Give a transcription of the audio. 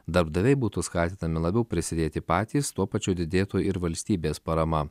darbdaviai būtų skatinami labiau prisidėti patys tuo pačiu didėtų ir valstybės parama